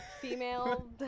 Female